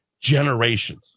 generations